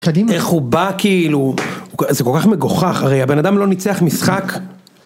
איך הוא בא כאילו, זה כל כך מגוחך הרי הבן אדם לא ניצח משחק